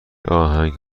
آهنگ